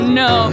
no